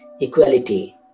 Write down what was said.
equality